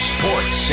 Sports